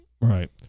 Right